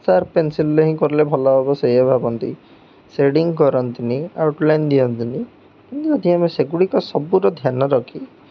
sharp ପେନ୍ସିଲ୍ରେ ହିଁ କଲେ ଭଲ ହବ ସେୟା ଭାବନ୍ତି ସେଡ଼ିଙ୍ଗ କରନ୍ତିନି ଆଉଟଲାଇନ୍ ଦିଅନ୍ତିନି କିନ୍ତୁ ଯଦି ଆମେ ସେଗୁଡ଼ିକ ସବୁର ଧ୍ୟାନ ରଖି